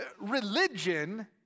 religion